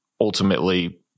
ultimately